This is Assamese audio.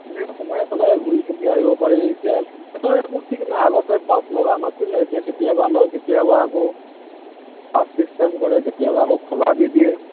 এনে সোমাই পেলাই ঘূৰি পকি আহিব পাৰি এতিয়া তাত সিহঁতৰ একো ঠিক নাই আগতে পাছ লগা নাছিলে এতিয়া কেতিয়াবা লয় কেতিয়াবা আকৌ পাছ চিষ্টেম কৰে কেতিয়াবা আকৌ খোলা দি দিয়ে